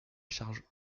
charge